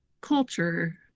culture